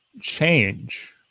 change